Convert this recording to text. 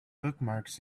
bookmarks